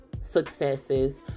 successes